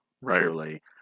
Right